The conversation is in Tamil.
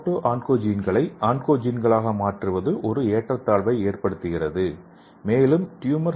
புரோட்டோ ஆன்கோஜென்களை ஆன்கோஜென்களாக மாற்றுவது ஒரு ஏற்றத்தாழ்வை உருவாக்குகிறது மற்றும் இது மாற்றப்பட்ட ட்யூமர் சப்ரசர் ஜீன்களுக்கு வழிவகுக்கிறது